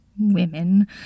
women